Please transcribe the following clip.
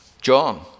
John